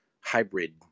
hybrid